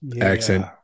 accent